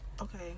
Okay